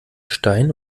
stein